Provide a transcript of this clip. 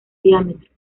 diámetro